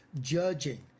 judging